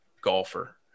golfer